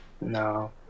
no